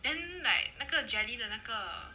then like 那个 jelly 的那个